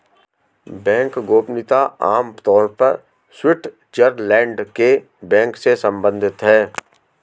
bank गोपनीयता आम तौर पर स्विटज़रलैंड के बैंक से सम्बंधित है